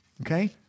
okay